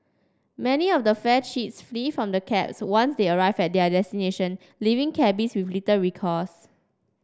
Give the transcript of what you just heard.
many of the fare cheats flee from the cabs once they arrive at their destination leaving cabbies with litter recourse